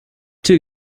two